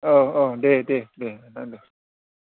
औ औ दे दे दे दा दे